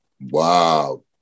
Wow